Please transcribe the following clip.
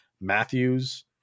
Matthews